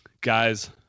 Guys